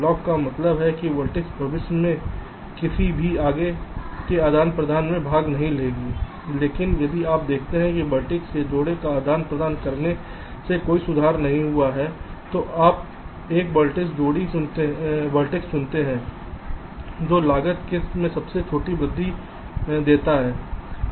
lock का मतलब है कि वे वेर्तिसेस भविष्य में किसी भी आगे के आदान प्रदान में भाग नहीं लेंगे लेकिन यदि आप देखते हैं कि वेर्तिसेस के जोड़े का आदान प्रदान करने से कोई सुधार संभव नहीं है तो आप एक वेर्तिसेस जोड़ी शीर्ष चुनते हैं जो लागत में सबसे छोटी वृद्धि देता है